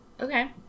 Okay